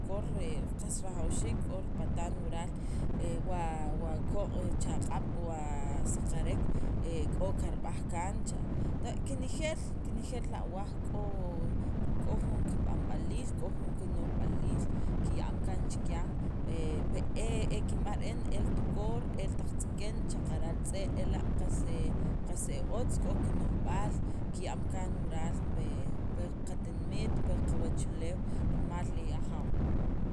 k'o re qas rajawxiik, k'o ripatan waral, he wa wa k'oq' chaq'ab', wa saqarek, k'o kirb'aj kaan cha', tonc kinejeel kinejeel, k'o jun kib'anb'aliil, k'o jun kino'jb'aliil ya'm kaan chikyan, e he kipe, e kinb'aj re'en e li tukor, el taq tz'iken xaqara' li tz'e' ela' qas e qas e otz, k'o kino'jb'aal kiya'm kaan waral pe qatinimit pi li wachuleew rimal li ajaaw.